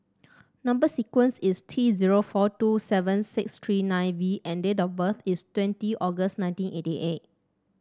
number sequence is T zero four two seven six three nine V and date of birth is twenty August nineteen eighty eight